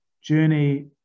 journey